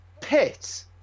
pit